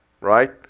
right